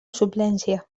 suplència